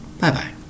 Bye-bye